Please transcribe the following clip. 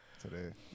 today